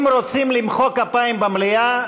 אם רוצים למחוא כפים במליאה,